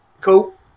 cool